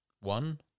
One